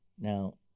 Now